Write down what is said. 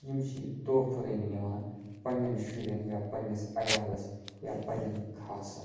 یِم چھِ یہِ تحفہٕ رٔنٛگۍ نِوان پَننیٚن شُریٚن یا پَننِس عَیالَس یا پَننیٚن خاصَن